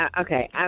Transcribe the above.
Okay